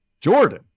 Jordan